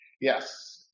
yes